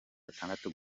atandatu